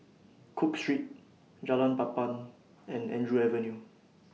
Cook Street Jalan Papan and Andrew Avenue